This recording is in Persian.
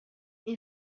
این